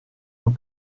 non